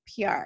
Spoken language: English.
PR